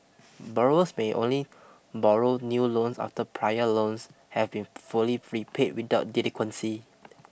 borrowers may only borrow new loans after prior loans have been fully repaid without delinquency